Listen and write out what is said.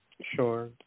Sure